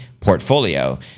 portfolio